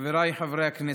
חבריי חברי הכנסת,